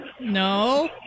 no